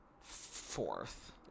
fourth